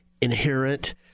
inherent